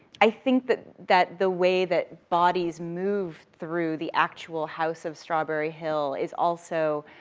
i think that, that the way that bodies move through the actual house of strawberry hill is also